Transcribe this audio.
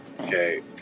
Okay